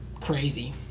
crazy